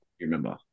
remember